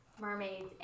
mermaids